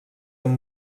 amb